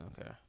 okay